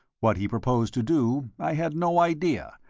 what he proposed to do, i had no idea,